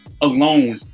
alone